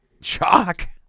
Chalk